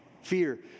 Fear